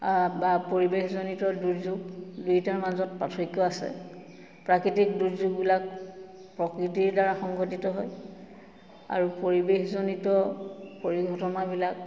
বা পৰিৱেশজনিত দুৰ্যোগ দুইটাৰ মাজত পাৰ্থক্য আছে প্ৰাকৃতিক দুৰ্যোগবিলাক প্ৰকৃতিৰ দ্বাৰা সংঘটিত হয় আৰু পৰিৱেশজনিত পৰিঘটনাবিলাক